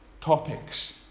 topics